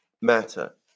matter